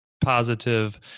positive